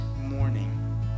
morning